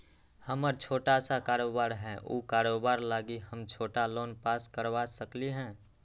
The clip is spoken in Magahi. हमर छोटा सा कारोबार है उ कारोबार लागी हम छोटा लोन पास करवा सकली ह?